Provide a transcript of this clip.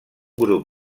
grup